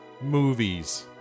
movies